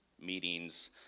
meetings